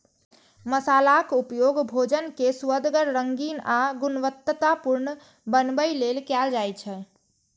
मसालाक उपयोग भोजन कें सुअदगर, रंगीन आ गुणवतत्तापूर्ण बनबै लेल कैल जाइ छै